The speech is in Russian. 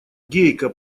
гейка